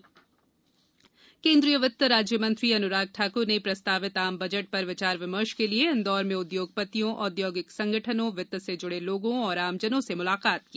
budget चर्चा केन्द्रीय वित्त राज्यमंत्री अनुराग ठाकुर ने प्रस्तावित आम बजट पर विचार विमर्श के लिए इंदौर में उद्योगपतियों औद्योगिक संगठनों वित्त से जुड़े लोगों और आमजनों से मुलाकात की